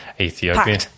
Ethiopia